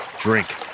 drink